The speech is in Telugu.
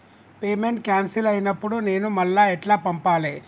పేమెంట్ క్యాన్సిల్ అయినపుడు నేను మళ్ళా ఎట్ల పంపాలే?